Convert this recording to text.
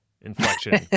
inflection